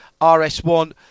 RS1